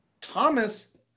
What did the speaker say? Thomas